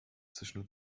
zwischen